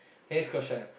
next question